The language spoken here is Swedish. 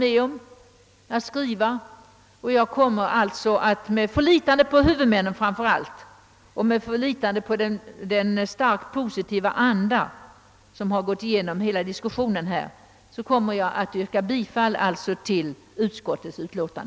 Med förlitande till framför allt huvudmännen men även till den starkt positiva anda, som här präglat hela diskussionen, anser jag mig kunna yrka bifall till utskottets hemställan.